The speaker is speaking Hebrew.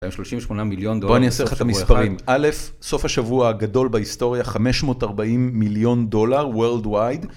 38 מיליון דולר בסוף שבוע אחד. בוא אני אעשה לך את המספרים, א', סוף השבוע הגדול בהיסטוריה, 540 מיליון דולר Worldwide